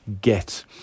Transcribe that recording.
get